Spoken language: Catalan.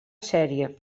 sèrie